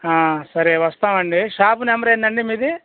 సరే వస్తామండి shop number ఏంటండీ మీది